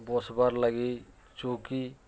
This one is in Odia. ବସ୍ବାର୍ଲାଗି ଚଉକି